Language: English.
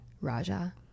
Raja